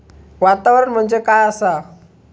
वातावरण म्हणजे काय आसा?